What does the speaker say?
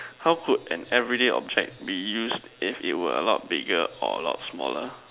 how could an everyday object be used if it were a lot bigger or a lot smaller